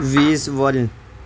visual